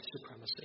supremacy